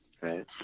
Right